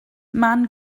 man